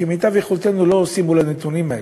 כמיטב יכולתם, מול הנתונים האלה,